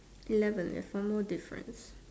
eleven that's one more difference